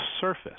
surface